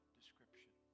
description